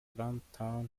runtown